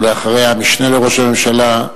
ולאחריה, המשנה לראש הממשלה,